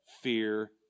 fear